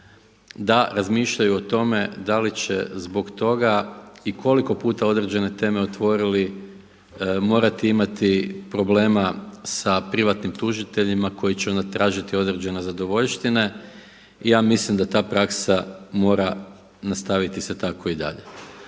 da razmišljaju o tome da li će zbog toga i koliko puta određene teme otvorili morati imati problema sa privatnim tužiteljima koji će onda tražiti određene zadovoljštine. I ja mislim da ta praksa mora nastaviti se tako i dalje.